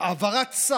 ואחריות זה